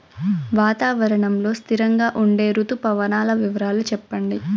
వాతావరణం లో స్థిరంగా ఉండే రుతు పవనాల వివరాలు చెప్పండి?